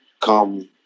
come